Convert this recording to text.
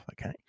okay